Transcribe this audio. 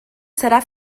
serà